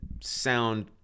sound